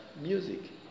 music